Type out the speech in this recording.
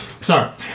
sorry